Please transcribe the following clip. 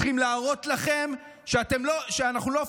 צריכים להראות לכם שאנחנו לא פראיירים.